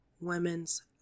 women's